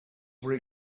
were